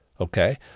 okay